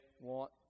want